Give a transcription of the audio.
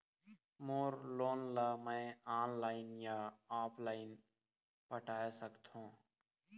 मोर loan ला मैं online या ऑफलाइन पटाए सकथों?